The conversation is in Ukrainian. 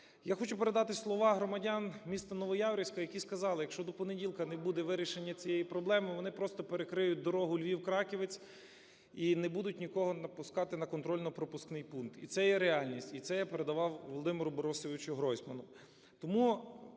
Я хочу передати слова громадян містаНовояворівська, які сказали: якщо до понеділка не буде вирішення цієї проблеми, вони просто перекриють дорогу Львів-Краківець і не будуть нікого пускати на контрольно-пропускний пункт. І це є реальність, і це я передавав Володимиру Борисовичу Гройсману.